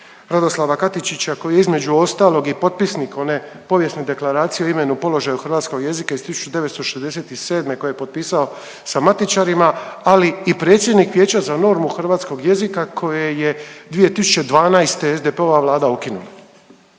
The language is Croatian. Radoslava Katičića, koji je između ostalog i potpisnik one povijesne Deklaracije o imenu položaja hrvatskog jezika iz 1967. koje je potpisao sa matičarima ali i predsjednik Vijeća za normu hrvatskog jezika koje je 2012. ova Vlada ukinula.